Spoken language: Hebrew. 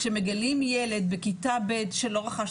אנחנו נמצאים עכשיו במקום שבו אנחנו מנסים לראות איך